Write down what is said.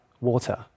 water